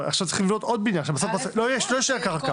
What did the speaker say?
צריך לבנות עוד בניין כי לא תישאר קרקע.